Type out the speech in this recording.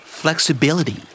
Flexibility